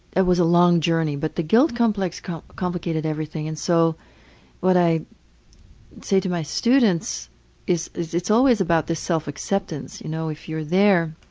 it was a long journey. but the guilt complex complicated everything. and so what i say to my students is that it's always about the self-acceptance, you know, if you're there,